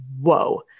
Whoa